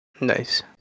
Nice